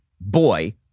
boy